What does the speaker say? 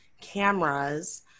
cameras